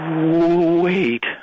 Wait